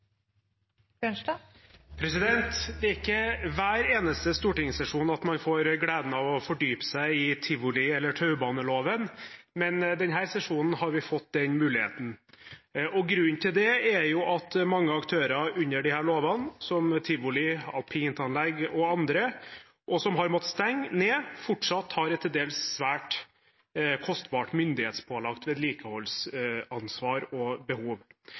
Det er ikke hver stortingssesjon man får gleden av å fordype seg i tivoli- eller taubaneloven, men denne sesjonen har vi fått den muligheten. Grunnen til det er at mange aktører som er underlagt disse lovene, som tivoli, alpinanlegg og andre, og som har måttet stenge ned, fortsatt har et til dels svært kostbart myndighetspålagt vedlikeholdsansvar og